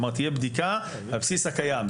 כלומר תהיה בדיקה על בסיס הקיים.